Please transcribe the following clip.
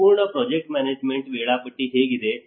ಸಂಪೂರ್ಣ project management ವೇಳಾಪಟ್ಟಿ ಹೇಗಿದೆ